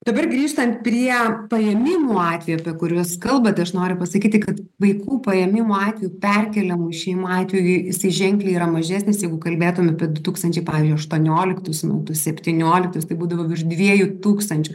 dabar grįžtant prie paėmimų atvejų apie kuriuos kalbate aš noriu pasakyti kad vaikų paėmimo atvejų perkeliamų šeimų atvejų jisai ženkliai yra mažesnis jeigu kalbėtume apie du tūkstančiai pavyzdžiui aštuonioliktus metus septynioliktus tai būdavo virš dviejų tūkstančių